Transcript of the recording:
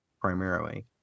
primarily